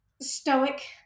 Stoic